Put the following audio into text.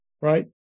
right